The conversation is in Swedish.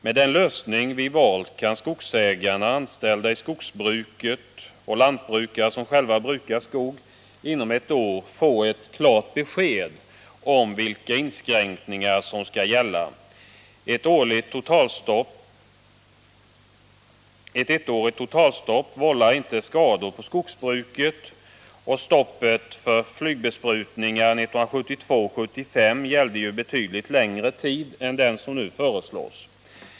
Med den lösning som vi har valt kan skogsägare, anställda i skogsbruket och lantbrukare som själva brukar jord inom ett år få ett klart besked om vilka inskränkningar som skall gälla. Ett ettårigt totalstopp vållar inga skador för skogsbruket. Stoppet för flygbesprutning 1972-1975 gällde ju betydligt längre tid än den som nu föreslås.